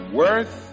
worth